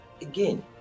Again